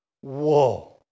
whoa